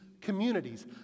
communities